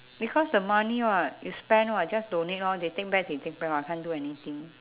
because the money [what] you spend [what] just donate lor they take back they take back lor can't do anything